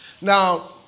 Now